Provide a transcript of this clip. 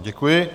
Děkuji.